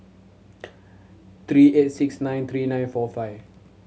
three eight six nine three nine four five